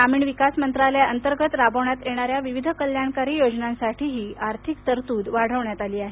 ग्रामीण विकास मंत्रालया अंतर्गत राबवण्यात येणाऱ्या विविध कल्याणकारी योजनांसाठीही तरतूद वाढवण्यात आली आहे